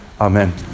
Amen